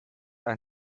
ein